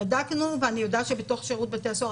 בדקנו ואני יודעת שבתוך שירות בתי הסוהר,